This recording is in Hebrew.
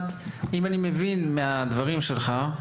אם אני מבין מהדברים שלך,